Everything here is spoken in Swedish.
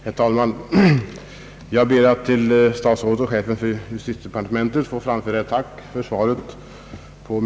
Herr talman! Jag ber att till statsrådet och chefen för justitiedepartementet få framföra ett tack för detta svar.